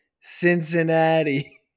Cincinnati